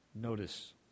Notice